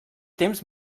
temps